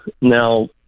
Now